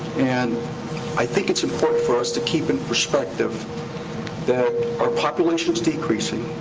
and i think it's important for us to keep in perspective that our population's decreasing,